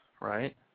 right